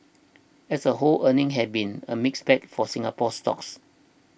as a whole earnings have been a mixed bag for Singapore stocks